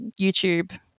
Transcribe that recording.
YouTube